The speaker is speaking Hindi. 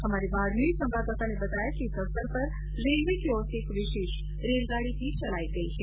हमारे बाड़मेर संवाददाता ने बताया कि इस अवसर पर रेलवे की ओर से एक विशेष रेलगाड़ी भी चलायी गयी है